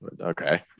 okay